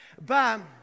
Bam